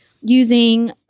using